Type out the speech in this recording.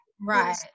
right